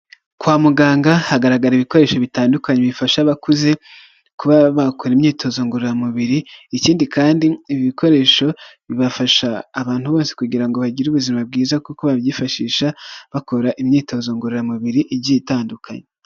Kwa muganga hagaragara ibikoresho bitandukanye bifasha abakuze, kuba bakora imyitozo ngororamubiri, ikindi kandi ibikoresho bibafasha abantu bose kugira ngo bagire ubuzima bwiza kuko babyifashisha, bakora imyitozo ngororamubiri igiye itandukanye.